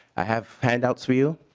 i have handouts for you.